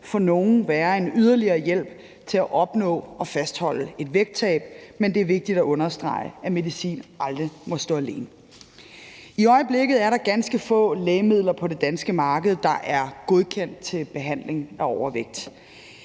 for nogle være en yderligere hjælp til at opnå og fastholde et vægttab, men det er vigtigt at understrege, at medicin aldrig må stå alene. I øjeblikket er der ganske få lægemidler på det danske marked, der er godkendt til behandling af overvægt.